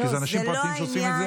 זה אנשים פרטיים שעושים את זה.